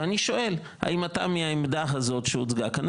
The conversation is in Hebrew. ואני שואל האם אתה מהעמדה הזאת שהוצגה כאן